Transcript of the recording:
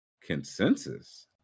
consensus